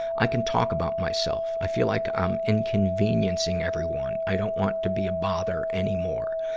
i can talk about myself. i feel like i'm inconveniencing everyone. i don't want to be a bother anymore.